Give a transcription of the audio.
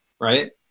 right